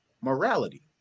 morality